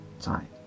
time